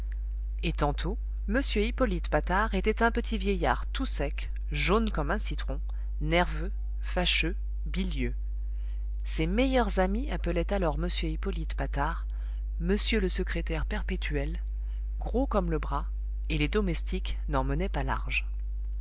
et tantôt m hippolyte patard était un petit vieillard tout sec jaune comme un citron nerveux fâcheux bilieux ses meilleurs amis appelaient alors m hippolyte patard monsieur le secrétaire perpétuel gros comme le bras et les domestiques n'en menaient pas large